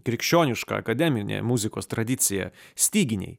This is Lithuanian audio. krikščioniška akademinė muzikos tradicija styginiai